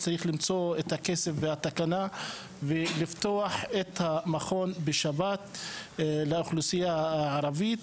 צריך למצוא את הכסף והתקנה ולפתוח את המכון בשבת לאוכלוסייה הערבית,